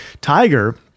Tiger